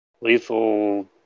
Lethal